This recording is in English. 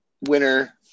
winner